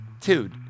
dude